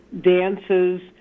dances